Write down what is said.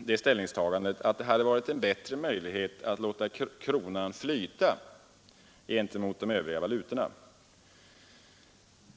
det ställningstagandet att det hade varit bättre att låta kronan flyta gentemot de övriga valutorna.